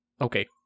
Okay